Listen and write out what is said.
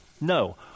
No